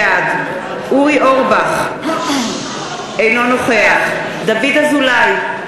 בעד אורי אורבך, אינו נוכח דוד אזולאי,